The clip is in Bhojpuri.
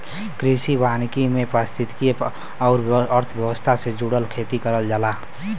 कृषि वानिकी में पारिस्थितिकी आउर अर्थव्यवस्था से जुड़ल खेती करल जाला